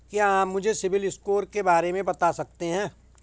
क्या आप मुझे सिबिल स्कोर के बारे में बता सकते हैं?